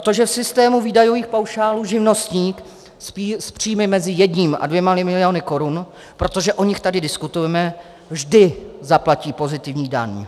Protože v systému výdajových paušálů živnostník s příjmy mezi jedním a dvěma miliony korun protože o nich tady diskutujeme vždy zaplatí pozitivní daň.